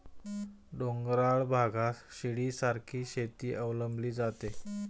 डोंगराळ भागात शिडीसारखी शेती अवलंबली जाते